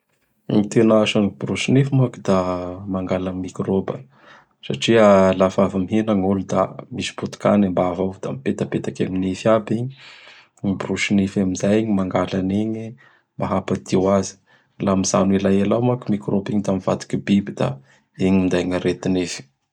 Gny tena asan'gny borosy nify moa da mangala microba satria laha fa avy mihina gn olo da misy potikany ambava ao; da mipetapetaky amin'gny nify aby igny. Ny borosy nify amin'izay gny mangala anigny mba hampadio azy. Lamijano elaela ao moa i microba igny da mivadiky biby da igny minday gny arety nify.